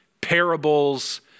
parables